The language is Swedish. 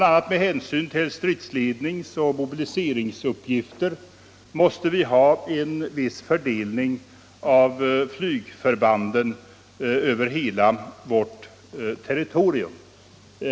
a. med hänsyn till stridsledningsoch mobiliseringsuppgifter måste vi ha en viss fördelning av flygförbanden över hela vårt territorium.